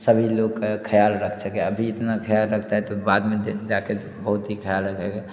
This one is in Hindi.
सभी लोग का ख्याल रख सके अभी इतना ख्याल रखता है तो बाद में जा के बहुत ही ख्याल रखेगा